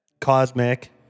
Cosmic